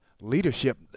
leadership